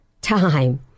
time